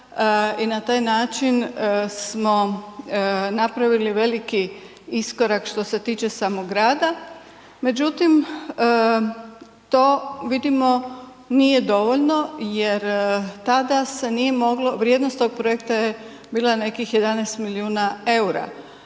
i na taj način smo napravili veliki iskorak što se tiče samog grada međutim to vidimo nije dovoljno jer tada se nije moglo, vrijednost tog projekta je bila nekih 11 milijuna eura